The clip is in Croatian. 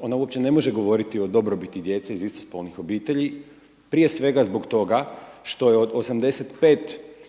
ona uopće ne može govoriti o dobrobiti djece iz istospolnih obitelji prije svega zbog toga što je od 85